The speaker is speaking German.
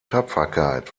tapferkeit